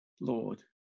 Lord